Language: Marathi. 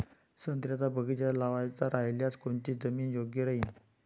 संत्र्याचा बगीचा लावायचा रायल्यास कोनची जमीन योग्य राहीन?